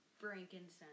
frankincense